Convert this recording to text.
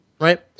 Right